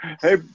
Hey